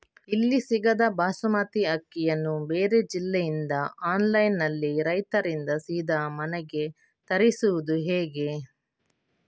ಇಲ್ಲಿ ಸಿಗದ ಬಾಸುಮತಿ ಅಕ್ಕಿಯನ್ನು ಬೇರೆ ಜಿಲ್ಲೆ ಇಂದ ಆನ್ಲೈನ್ನಲ್ಲಿ ರೈತರಿಂದ ಸೀದಾ ಮನೆಗೆ ತರಿಸುವುದು ಹೇಗೆ?